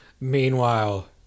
Meanwhile